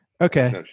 Okay